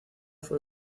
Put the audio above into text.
fue